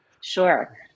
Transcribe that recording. sure